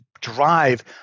drive